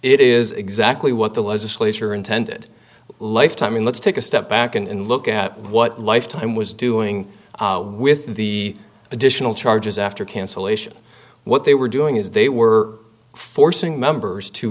it is exactly what the legislature intended lifetime and let's take a step back and look at what lifetime was doing with the additional charges after cancellation what they were doing is they were forcing members to